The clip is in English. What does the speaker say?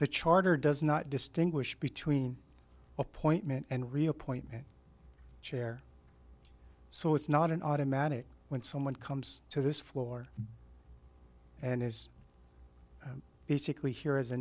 the charter does not distinguish between appointment and reappointment chair so it's not an automatic when someone comes to this floor and is basically here as a